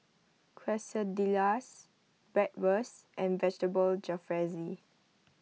Quesadillas Bratwurst and Vegetable Jalfrezi